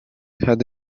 had